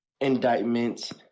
indictments